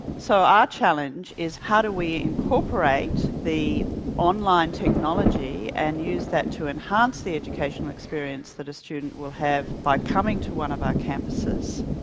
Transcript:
so our challenge is how do we incorporate the online technology and use that to enhance the educational experience that a student will have by coming to one of our campuses,